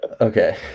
Okay